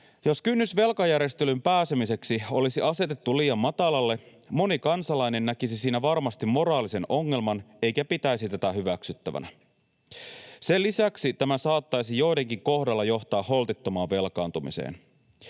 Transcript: Jos kynnys velkajärjestelyyn pääsemiseksi olisi asetettu liian matalalle, moni kansalainen näkisi siinä varmasti moraalisen ongelman eikä pitäisi tätä hyväksyttävänä. Sen lisäksi tämä saattaisi joidenkin kohdalla johtaa holtittomaan velkaantumiseen.